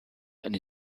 and